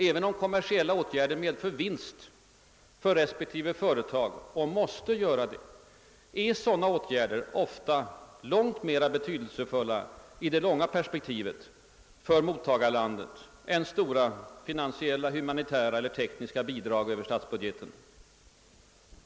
Även om kommersiella åtgärder medför vinst för respektive företag och måste göra det, är sådana åtgärder i det långa loppet ofta långt mer betydelsefulla för mottagarlandet än stora finansiella, humanitära eller tekniska bidrag över statsbudgeten.